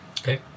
Okay